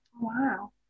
Wow